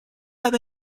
have